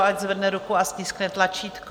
Ať zvedne ruku a stiskne tlačítko.